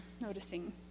noticing